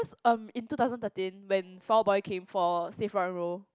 um in two thousand thirteen when Fall-Out-Boy came for save rock and roll